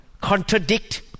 contradict